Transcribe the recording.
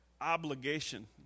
obligation